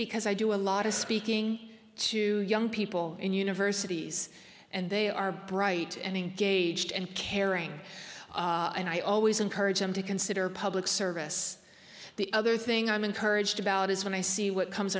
because i do a lot of speaking to young people in universities and they are bright and engaged and caring and i always encourage them to consider public service the other thing i'm encouraged about is when i see what comes